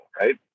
right